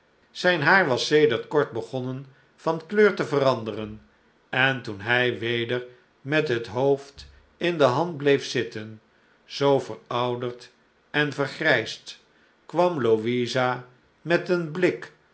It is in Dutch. zijn haar was sedert kort begonnen van kleur te veranderen en toen hij weder met het hoofd in de hand bleef zitten zoo verouderd en vergrijsd kwam louisa met een blik